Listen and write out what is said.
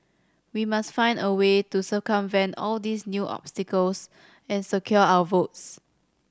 we must find a way to circumvent all these new obstacles and secure our votes